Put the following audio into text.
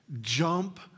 jump